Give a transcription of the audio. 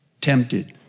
tempted